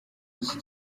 iki